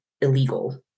illegal